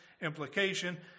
implication